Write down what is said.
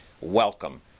Welcome